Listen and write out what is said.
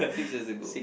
six years ago